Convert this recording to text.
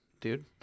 dude